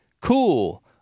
cool